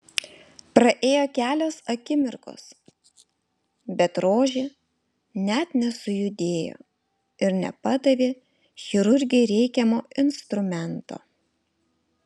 praėjo kelios akimirkos bet rožė net nesujudėjo ir nepadavė chirurgei reikiamo instrumento